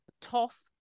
tough